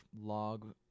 log